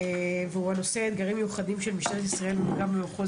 בנושא אתגרים מיוחדים של משטרת ישראל ומג"ב במחוז